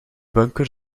bunker